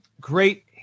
Great